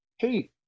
Hey